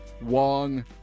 Wong